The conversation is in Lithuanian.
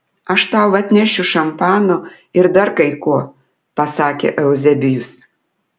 aš tau atnešiu šampano ir dar kai ko pasakė euzebijus